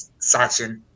Sachin